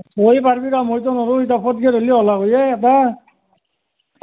তই পাৰিবি দে মইতো নৰু এতিয়া ফৰ্থ গ্ৰেড হ'লেও ওলাবি এ এবাৰ